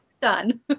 done